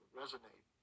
resonate